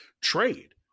trade